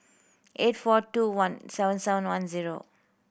eight four two one seven seven one zero